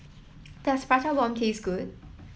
does Prata Bomb taste good